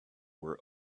were